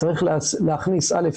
צריך להכניס א.